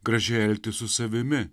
gražiai elgtis su savimi